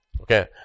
Okay